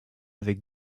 avec